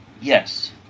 Yes